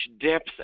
depth